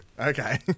Okay